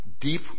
deep